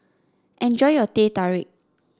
enjoy your Teh Tarik